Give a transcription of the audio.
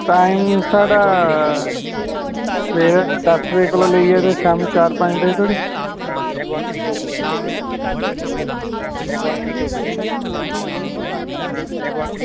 time साढ़ा सबेरे दस्स बजे कोला लेइयै शामीं चार पंज बजे धोड़ी